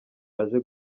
aje